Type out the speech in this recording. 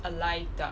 alive ah